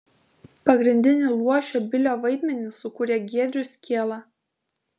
pagrindinį luošio bilio vaidmenį sukūrė giedrius kiela